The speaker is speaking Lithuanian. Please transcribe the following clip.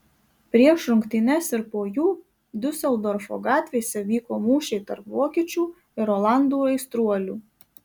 prieš rungtynes ir po jų diuseldorfo gatvėse vyko mūšiai tarp vokiečių ir olandų aistruolių